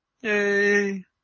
Yay